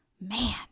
Man